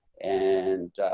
and,